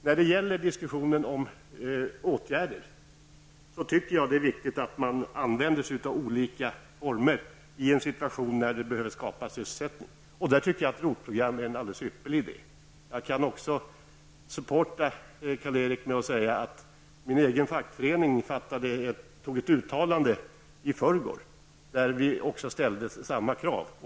När det gäller diskussionen om åtgärder, tycker jag att det är viktigt att man använder sig av olika former i en situation när det behöver skapas sysselsättning. Då anser jag att ROT-programmet är en alldeles ypperlig idé. Jag kan också stödja Karl-Erik Persson genom att säga att min egen fackförening i förrgår antog ett uttalande där man ställde samma krav.